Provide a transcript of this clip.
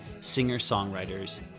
singer-songwriters